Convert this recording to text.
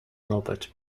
robert